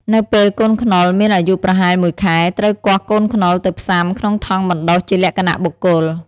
នៅពេលកូនខ្នុរមានអាយុប្រហែលមួយខែ ត្រូវគាស់កូនខ្នុរទៅផ្សាំក្នុងថង់បណ្តុះជាលក្ខណៈបុគ្គល។